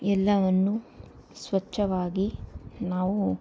ಎಲ್ಲವನ್ನು ಸ್ವಚ್ಛವಾಗಿ ನಾವು